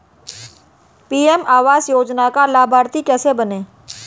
PM आवास योजना का लाभर्ती कैसे बनें?